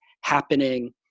happening